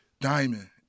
Diamond